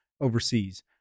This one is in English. overseas